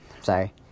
Sorry